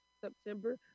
September